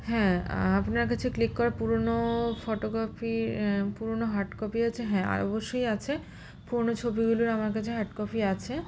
হ্যাঁ আপনার কাছে ক্লিক করা পুরোনো ফটোকপি পুরোনো হার্ড কপি আছে হ্যাঁ অবশ্যই আছে পুরোনো ছবিগুলোর আমার কাছে হার্ড কপি আছে